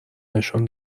نشان